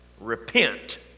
repent